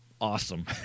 awesome